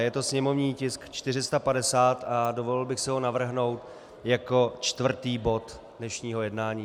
Je to sněmovní tisk 450 a dovolil bych si ho navrhnout jako čtvrtý bod dnešního jednání.